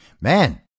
Man